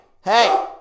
hey